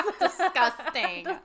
Disgusting